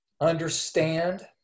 understand